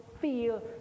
feel